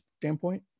standpoint